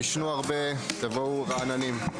תישנו הרבה ותבואו רעננים.